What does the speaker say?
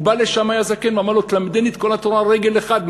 הוא בא לשמאי הזקן ואמר לו: למדני את כל התורה על רגל אחת,